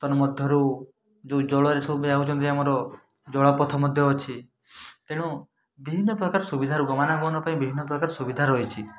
ତନ୍ମଧ୍ୟରୁ ଯେଉଁ ଜଳରେ ସବୁ ଯାଉଛନ୍ତି ଆମର ଜଳପଥ ମଧ୍ୟ ଅଛି ତେଣୁ ବିଭିନ୍ନ ପ୍ରକାର ସୁବିଧାର ଗମନାଗମନ ପାଇଁ ବିଭିନ୍ନ ପ୍ରକାର ସୁବିଧା ରହିଛି